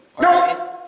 No